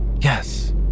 Yes